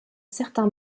certains